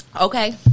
okay